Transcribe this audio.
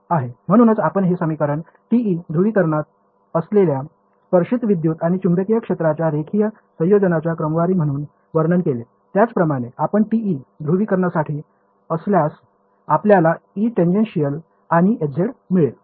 म्हणूनच आपण हे समीकरणे TE ध्रुवीकरणात असलेल्या स्पर्शिक विद्युत आणि चुंबकीय क्षेत्रांच्या रेखीय संयोजनाच्या क्रमवारी म्हणून वर्णन केले त्याचप्रमाणे आपण TE ध्रुवीकरणासाठी असल्यास आपल्याला E टेंजेन्शियल आणि Hz मिळेल